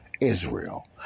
Israel